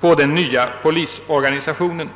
på den nya polisorganisationen.